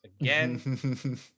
again